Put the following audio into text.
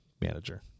manager